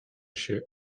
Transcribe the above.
się